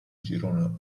girone